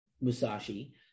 Musashi